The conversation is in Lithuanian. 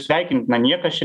sveikintina niekas čia